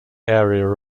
area